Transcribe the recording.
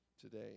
today